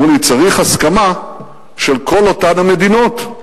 אמרו לי: צריך הסכמה של כל אותן המדינות,